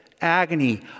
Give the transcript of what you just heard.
agony